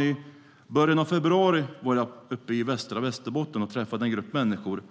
I början av februari var jag uppe i västra Västerbotten och träffade en grupp människor